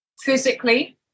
physically